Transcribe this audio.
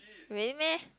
really meh